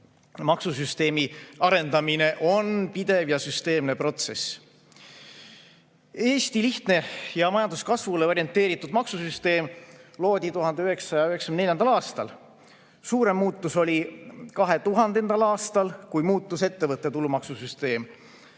Maksusüsteemi arendamine on pidev ja süsteemne protsess. Eesti lihtne ja majanduskasvule orienteeritud maksusüsteem loodi 1994. aastal. Suurem muutus oli 2000. aastal, kui muutus ettevõtte tulumaksu süsteem,